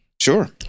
Sure